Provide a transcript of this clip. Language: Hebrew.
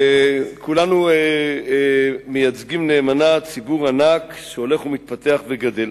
וכולנו מייצגים נאמנה ציבור ענק שהולך ומתפתח וגדל.